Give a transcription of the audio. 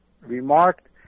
remarked